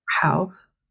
health